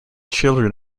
children